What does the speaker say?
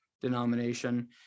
denomination